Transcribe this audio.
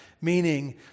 meaning